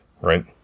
right